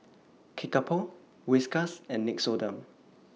Kickapoo Whiskas and Nixoderm